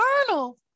eternal